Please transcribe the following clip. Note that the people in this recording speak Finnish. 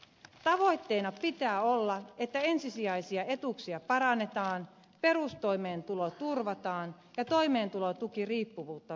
tavoitteena pitää olla että ensisijaisia etuuksia parannetaan perustoimeentulo turvataan ja toimeentulotukiriippuvuutta vähennetään